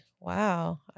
Wow